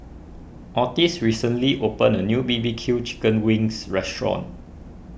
Ottis recently opened a new B B Q Chicken Wings restaurant